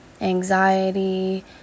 anxiety